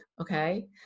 okay